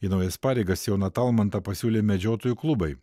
į naujas pareigas joną talmantą pasiūlė medžiotojų klubai